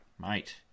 Mate